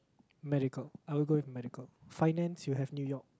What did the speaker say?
medical I would go with medical finance you have New-York